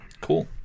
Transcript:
Cool